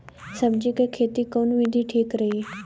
सब्जी क खेती कऊन विधि ठीक रही?